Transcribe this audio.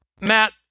Matt